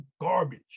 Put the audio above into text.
Garbage